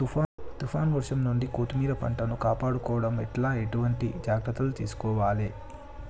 తుఫాన్ వర్షం నుండి కొత్తిమీర పంటను కాపాడుకోవడం ఎట్ల ఎటువంటి జాగ్రత్తలు తీసుకోవాలే?